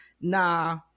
Nah